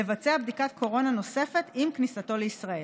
לבצע בדיקת קורונה נוספת עם כניסתו לישראל.